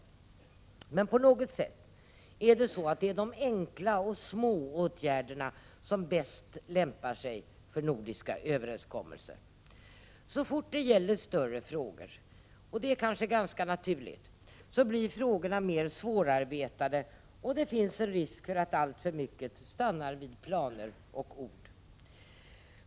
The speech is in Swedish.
1987/88:42 På något sätt är det de enkla åtgärderna som bäst lämpar sig för nordiska — 10 december 1987 överenskommelser. Så fort det gäller större frågor — vilket kanske är ganska = Arocomro orm naturligt — blir frågorna mer svårarbetade, och det finns risk för att alltför mycket stannar vid planer och ord.